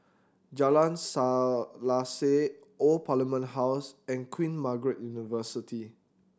Jalan Selaseh Old Parliament House and Queen Margaret University